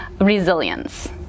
resilience